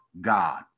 God